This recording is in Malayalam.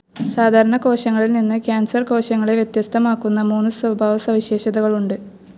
സാധാരണ കോശങ്ങളിൽ നിന്ന് കാൻസർ കോശങ്ങളെ വ്യത്യസ്തമാക്കുന്ന മൂന്ന് സ്വഭാവ സവിശേഷതകളുണ്ട്